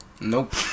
Nope